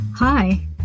Hi